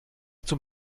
zum